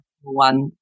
one